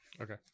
okay